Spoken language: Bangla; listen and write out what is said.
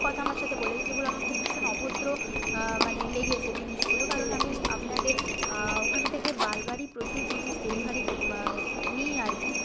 কথা আমার সাথে বলেছে যেগুলো আমার খুব ভীষণ অভদ্র মানে লেগেছে জিনিসগুলো কারণ আমি আপনাদের ওখান থেকে বারবারই প্রচুর জিনিস ডেলিভারি নিই আর কি